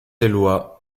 eloi